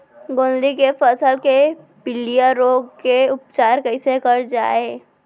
गोंदली के फसल के पिलिया रोग के उपचार कइसे करे जाये?